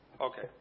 Okay